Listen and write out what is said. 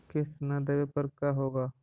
किस्त न देबे पर का होगा?